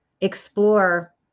Explore